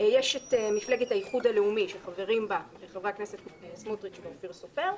יש המפלגת האיחוד הלאומי שחברים בה חברי הכנסת סמוטריץ' ואופיר סופר,